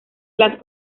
las